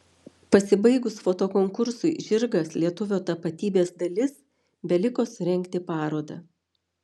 pasibaigus fotokonkursui žirgas lietuvio tapatybės dalis beliko surengti parodą